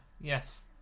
Yes